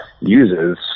uses